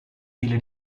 file